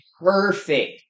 perfect